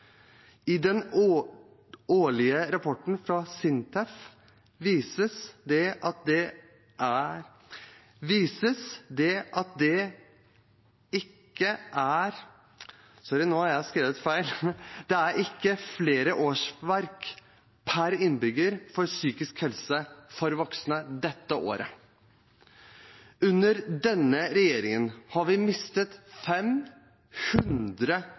Den årlige rapporten fra Sintef viser at det ikke er flere årsverk per innbygger til psykisk helse for voksne dette året. Under denne regjeringen har vi mistet 500